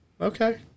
okay